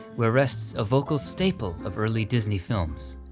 where rests a vocal staple of early disney films,